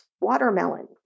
watermelon